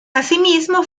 asimismo